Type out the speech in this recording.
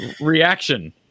reaction